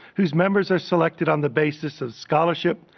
whose members are selected on the basis of scholarship,